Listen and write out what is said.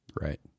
Right